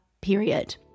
period